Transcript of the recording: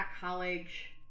college